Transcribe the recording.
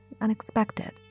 unexpected